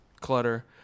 clutter